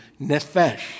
nefesh